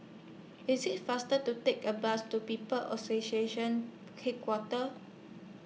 IS IT faster to Take A Bus to People's Association Headquarters